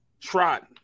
trot